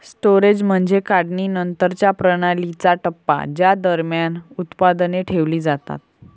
storage म्हणजे काढणीनंतरच्या प्रणालीचा टप्पा ज्या दरम्यान उत्पादने ठेवली जातात